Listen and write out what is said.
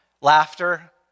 laughter